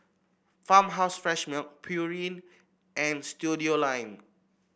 Farmhouse Fresh Milk Pureen and Studioline